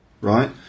right